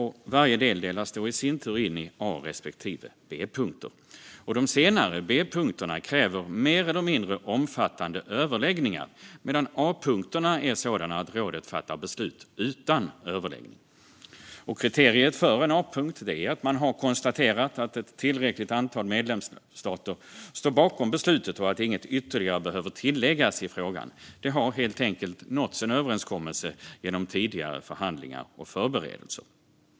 Varje del delas i sin tur in i A respektive B-punkter. De senare, B-punkterna, kräver mer eller mindre omfattande överläggningar medan A-punkterna är sådana att rådet fattar beslut utan överläggning. Kriteriet för en A-punkt är att man har konstaterat att ett tillräckligt antal medlemsstater står bakom beslutet och att inget ytterligare behöver tilläggas i frågan. Det har helt enkelt nåtts en överenskommelse genom tidigare förhandlingar och förberedelser.